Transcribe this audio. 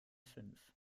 fünf